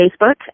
Facebook